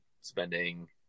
spending